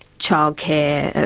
child care,